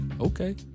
Okay